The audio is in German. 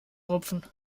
rupfen